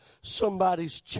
somebody's